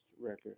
record